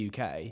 UK